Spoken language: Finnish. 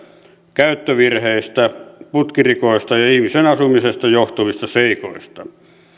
käyttövirheistä putkirikoista ja ihmisen asumisesta johtuvista seikoista